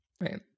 Right